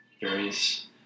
various